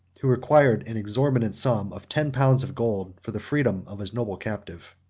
who required an exorbitant sum of ten pounds of gold for the freedom of his noble captive.